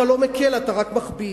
אתה לא מקל, אתה רק מכביד.